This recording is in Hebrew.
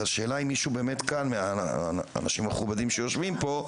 אז השאלה אם מישהו באמת כאן מהאנשים המכובדים שיושבים פה,